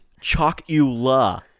Chocula